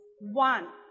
One